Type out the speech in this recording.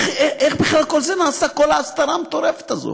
איך בכלל כל זה נעשה, כל ההסתרה המטורפת הזו?